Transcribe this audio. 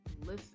listen